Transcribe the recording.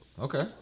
Okay